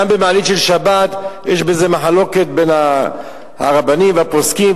גם במעלית של שבת יש מחלוקת בין הרבנים והפוסקים,